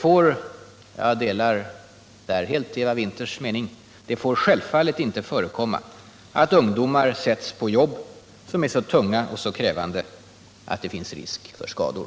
Jag delar helt Eva Winthers mening att det självfallet inte får förekomma att ungdomar sätts på jobb som är så tunga och så krävande att det finns risker för skador.